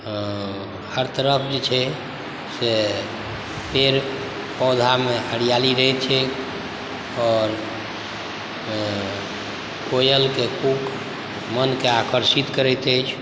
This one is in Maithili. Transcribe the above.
हर तरफ जे छै से पेड़ पौधामे हरिआली रहै छै आओर कोयलके कूक मोनके आकर्षित करैत अछि